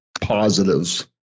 positives